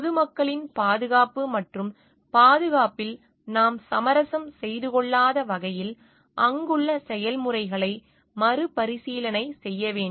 பொது மக்களின் பாதுகாப்பு மற்றும் பாதுகாப்பில் நாம் சமரசம் செய்து கொள்ளாத வகையில் அங்குள்ள செயல்முறைகளை மறுபரிசீலனை செய்ய வேண்டும்